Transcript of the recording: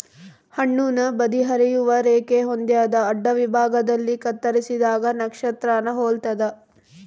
ಹಣ್ಣುನ ಬದಿ ಹರಿಯುವ ರೇಖೆ ಹೊಂದ್ಯಾದ ಅಡ್ಡವಿಭಾಗದಲ್ಲಿ ಕತ್ತರಿಸಿದಾಗ ನಕ್ಷತ್ರಾನ ಹೊಲ್ತದ